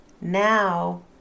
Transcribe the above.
Now